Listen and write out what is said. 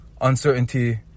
uncertainty